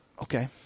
okay